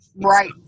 Right